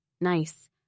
Nice